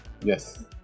Yes